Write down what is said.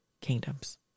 kingdoms